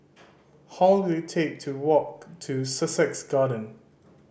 how will take to walk to Sussex Garden